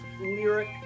lyric